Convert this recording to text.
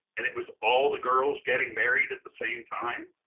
and it was all the girls getting married at the same time,